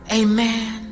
amen